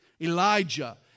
Elijah